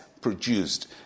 produced